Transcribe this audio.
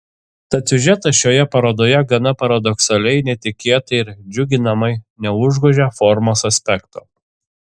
tad siužetas šioje parodoje gana paradoksaliai netikėtai ir džiuginamai neužgožia formos aspekto